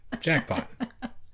jackpot